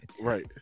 Right